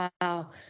Wow